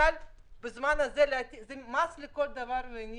זה מס לכל דבר ועניין,